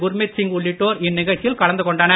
குர்மித் சிங் உள்ளிட்டோர் இந்நிகழ்ச்சியில் கலந்துகொண்டனர்